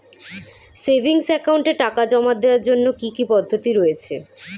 Savings একাউন্টে টাকা জমা দেওয়ার জন্য কি কি পদ্ধতি রয়েছে?